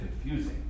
confusing